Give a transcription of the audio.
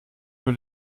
über